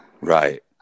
Right